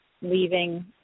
leaving